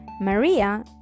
Maria